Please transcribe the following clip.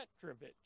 Petrovich